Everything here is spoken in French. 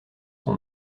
son